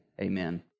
Amen